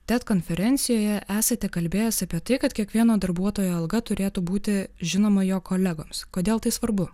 tad konferencijoje esate kalbėjęs apie tai kad kiekvieno darbuotojo alga turėtų būti žinoma jo kolegoms kodėl tai svarbu